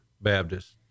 Baptist